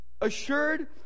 Assured